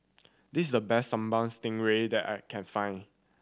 this is the best Sambal Stingray that I can find